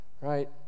right